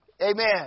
Amen